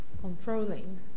controlling